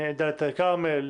מדלית אל כרמל,